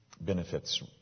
benefits